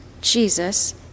Jesus